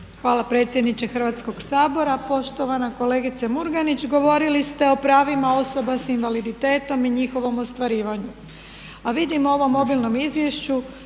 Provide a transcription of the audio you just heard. Hvala predsjedniče Hrvatskog sabora. Poštovana kolegice Murganić, govorili ste o pravima osoba s invaliditetom i njihovom ostvarivanju. A vidim u ovom obilnom izvješću